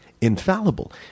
infallible